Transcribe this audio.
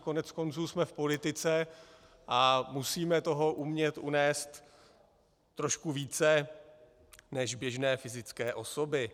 Koneckonců jsme v politice a musíme toho umět unést trošku více než běžné fyzické osoby.